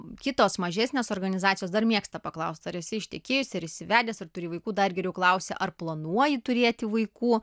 kitos mažesnės organizacijos dar mėgsta paklaust ar esi ištekėjus ar esi vedęs ar turi vaikų dar geriau klausia ar planuoji turėti vaikų